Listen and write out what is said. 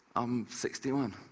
i'm sixty one.